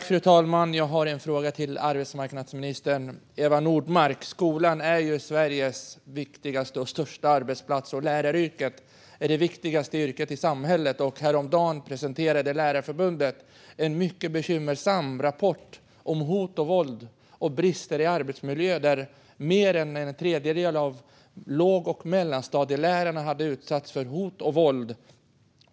Fru talman! Jag har en fråga till arbetsmarknadsminister Eva Nordmark. Skolan är Sveriges viktigaste och största arbetsplats, och läraryrket är det viktigaste yrket i samhället. Häromdagen presenterade Lärarförbundet en mycket bekymmersam rapport om hot och våld och brister i arbetsmiljön. Mer än en tredjedel av låg och mellanstadielärarna hade utsatts för hot och våld.